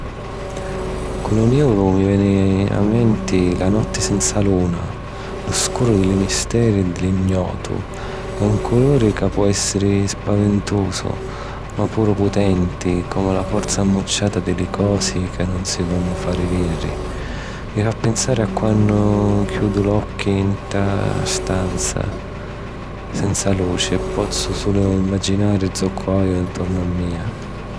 Cu lu nìuru mi veni a menti la notti senza luna, lu scuru di li misteri e di l’ignotu. È un culuri ca po èssiri spavintusu ma puru putenti, comu la forza ammucciata di li cosi ca nun si vonnu fari vìdiri. Mi fa pinsari a quannu chiudu l'occhi nta na stanza senza luci e pozzu sulu imaginari zoccu haju 'ntornu a mia.